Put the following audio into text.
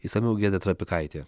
išsamiau giedrė trapikaitė